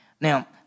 Now